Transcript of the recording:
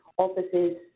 Offices